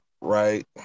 right